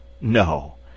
NO